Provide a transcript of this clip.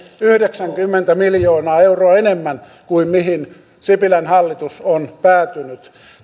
yhdeksänkymmentä miljoonaa euroa enemmän kuin mihin sipilän hallitus on päätynyt